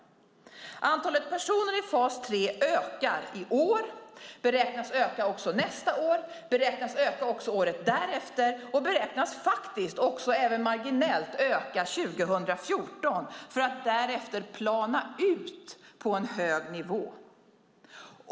Antalet personer i fas 3 ökar i år och beräknas öka även nästa år, året därefter och marginellt även 2014 för att därefter plana ut på en hög nivå.